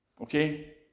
Okay